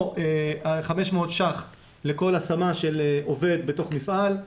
או 500 שקל לכל השמה של עובד בתוך מפעל.